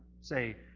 say